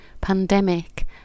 Pandemic